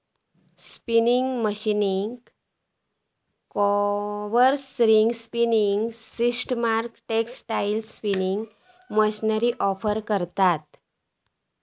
spinning मशीनीक combers, ring spinning सिस्टमाक textile spinning machinery offer करतव